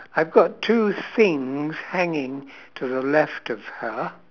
I've got two things hanging to the left of her